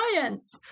science